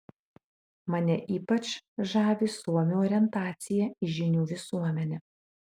mane ypač žavi suomių orientacija į žinių visuomenę